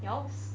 yes